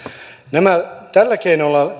tällä keinolla